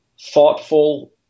thoughtful